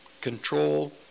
control